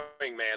man